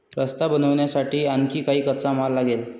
रस्ता बनवण्यासाठी आणखी काही कच्चा माल लागेल